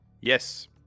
yes